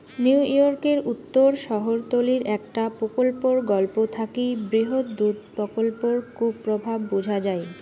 নিউইয়র্কের উত্তর শহরতলীর একটা প্রকল্পর গল্প থাকি বৃহৎ দুধ প্রকল্পর কুপ্রভাব বুঝা যাই